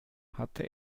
hatte